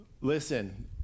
Listen